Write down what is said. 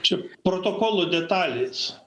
čia protokolo detalės